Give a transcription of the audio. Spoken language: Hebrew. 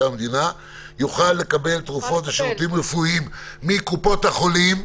המדינה יוכל לקבל תרופות ושירותים רפואיים מקופות החולים..."